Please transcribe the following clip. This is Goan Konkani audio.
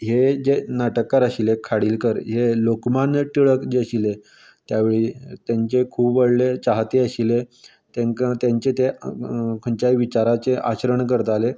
हें जे नाटककार आशिल्ले खाडिलकर हे लोकमान्य टिळक जे आशिल्ले त्या वेळार तेचें खूब व्हडले चाहते आशिल्ले तेंका तेचें ते खंयच्याय विचारांचें आचरण करताले